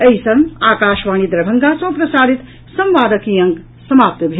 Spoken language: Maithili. एहि संग आकाशवाणी दरभंगा सँ प्रसारित संवादक ई अंक समाप्त भेल